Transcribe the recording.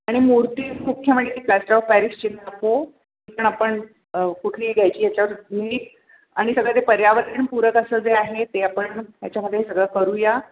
आणि मूर्ती मुख्य म्हणजे प्लास्टर ऑफ पॅरिसची नको पण आपण कुठली घ्यायची याच्यावर नीट आणि सगळं ते पर्यावरणपूरक असं जे आहे ते आपण याच्यामध्ये सगळं करूया